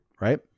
right